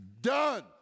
Done